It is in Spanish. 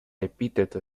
epíteto